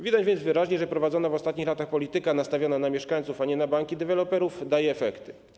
Widać więc wyraźnie, że prowadzona w ostatnich latach polityka nastawiona na mieszkańców, a nie na banki i deweloperów, daje efekty.